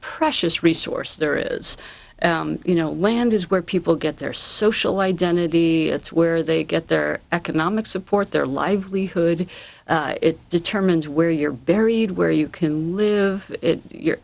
precious resource there is you know land is where people get their social identity that's where they get their economic support their livelihood it determines where you're buried where you can live